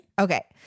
Okay